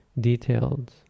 detailed